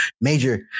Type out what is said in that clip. major